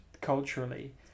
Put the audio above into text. culturally